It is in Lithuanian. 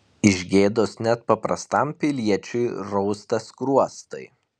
iš gėdos net paprastam piliečiui rausta skruostai